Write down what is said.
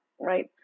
right